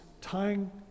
tying